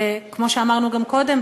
כמו שאמרנו גם קודם,